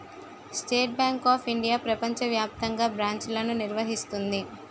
state Bank of India ప్రపంచ వ్యాప్తంగా బ్రాంచ్లను నిర్వహిస్తుంది